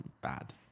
Bad